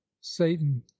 satan